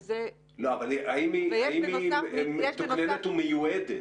ויש בנוסף --- אבל האם היא מתוקננת או מיועדת?